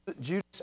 Judas